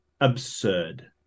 absurd